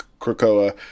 Krakoa